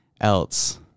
else